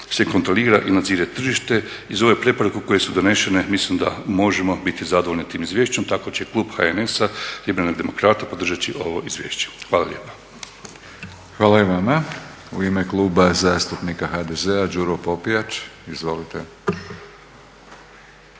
se kontrolira i nadzire tržište. Iz ove preporuke koje su donesene, mislim da možemo biti zadovoljnim tim izvješćem. Tako će klub HNS-a liberalnih demokrata podržati ovo izvješće. Hvala lijepa. **Batinić, Milorad (HNS)** Hvala i vama. U ime Kluba zastupnika HDZ-a Đuro Popijač. Izvolite.